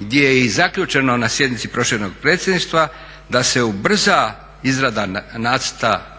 gdje je i zaključeno na sjednici proširenog predsjedništva da se ubrza izrada nacrta